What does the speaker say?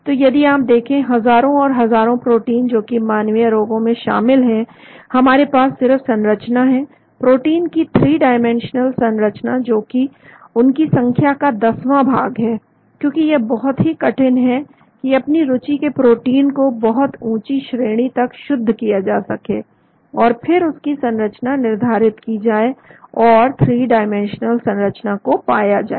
तो यदि आप देखें हजारों और हजारों प्रोटीन जोकि मानवीय रोगों में शामिल हैं हमारे पास सिर्फ संरचना है प्रोटीन की थ्री डाइमेंशनल संरचना जोकि उनकी संख्या का दसवां भाग है क्योंकि यह बहुत ही कठिन है कि अपनी रुचि के प्रोटीन को बहुत ऊंची श्रेणी तक शुद्ध किया जा सके और फिर उसकी संरचना निर्धारित की जाए और थ्री डाइमेंशनल संरचना को पाया जाए